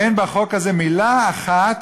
אין בחוק הזה מילה אחת